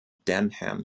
denham